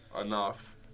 enough